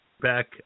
back